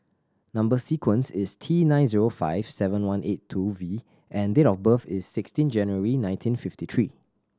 number sequence is T nine zero five seven one eight two V and date of birth is sixteen January nineteen fifty three